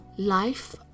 life